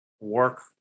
work